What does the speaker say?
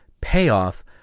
payoff